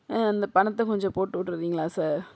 ஆ இந்த பணத்தை கொஞ்சம் போட்டுவிட்ருவிங்களா சார்